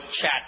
chat